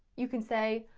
you can say,